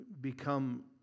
become